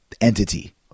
entity